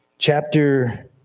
Chapter